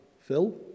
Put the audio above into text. Phil